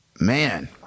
man